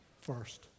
First